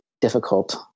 difficult